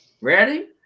ready